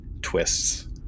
twists